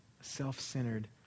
self-centered